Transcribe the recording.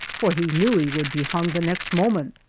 for he knew he would be hung the next moment.